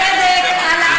הצדק על העוול.